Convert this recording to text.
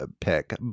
pick